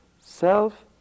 self